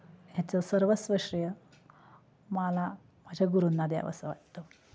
ह्याचं सर्वस्व श्रेय मला माझ्या गुरुंना द्यावंसं वाटतं